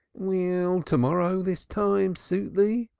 will to-morrow this time suit thee?